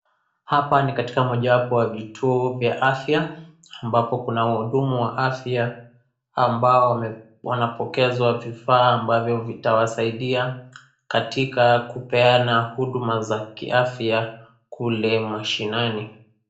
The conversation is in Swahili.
Hapa ni katika mojawapo ya vituo vya afya, ambapo kuna wahudumu wa afya, ambao wanapokezwa vifaa ambavyo vitawasaidia katika kupeana huduma za kiafya, kule mashinani.